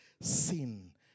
sin